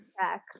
check